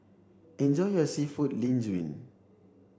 enjoy your Seafood Linguine